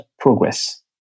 progress